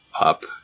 up